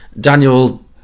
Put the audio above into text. Daniel